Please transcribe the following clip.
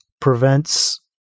prevents